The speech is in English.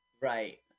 Right